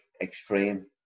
extreme